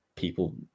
people